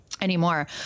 anymore